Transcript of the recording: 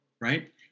right